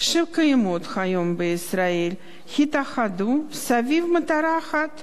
שקיימות היום בישראל יתאחדו סביב מטרה אחת: